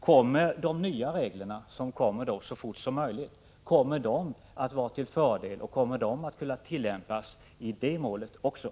Kommer de nya reglerna, som jag förmodar införs så fort som möjligt, att vara till fördel, och kommer de att tillämpas också i detta mål?